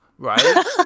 right